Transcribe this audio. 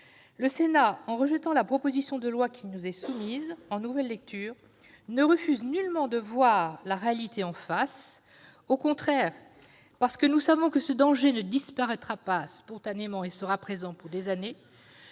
le Sénat de la proposition de loi qui nous est soumise en nouvelle lecture ne signifie nullement que nous refusons de voir la réalité en face. Au contraire, parce que nous savons que ce danger ne disparaîtra pas spontanément et sera présent pendant des années,